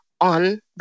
on